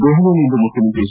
ದೆಹಲಿಯಲ್ಲಿಂದು ಮುಖ್ಚಮಂತ್ರಿ ಎಚ್